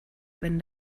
wenn